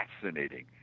fascinating